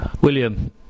william